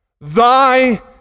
thy